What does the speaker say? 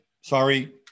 sorry